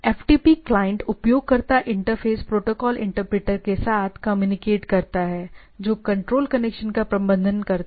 FTP client उपयोगकर्ता interface protocol interpreter के साथ कम्युनिकेट करता है जो कंट्रोल कनेक्शन का प्रबंधन करता है